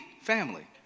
family